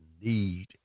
need